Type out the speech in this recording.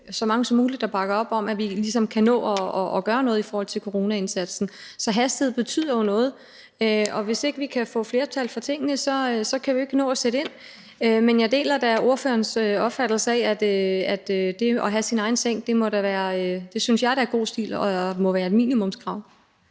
så mange som muligt, der bakker op om, at vi ligesom kan nå at gøre noget i forhold til coronaindsatsen. Så hastighed betyder jo noget, og hvis vi ikke kan få flertal for tingene, kan vi ikke nå at sætte ind. Men jeg deler da ordførerens opfattelse af, at det at have sin egen seng da må være god stil og et minimumskrav.